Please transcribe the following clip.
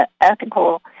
ethical